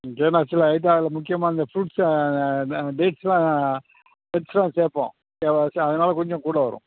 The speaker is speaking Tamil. ம் ஏனால் ஆக்சுவலாக முக்கியமாக இந்த ஃப்ரூட்ஸை டேட்ஸ்லாம் டேட்ஸ்லாம் சேர்ப்போம் தே சே அதனால் கொஞ்சம் கூட வரும்